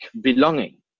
belonging